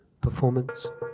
performance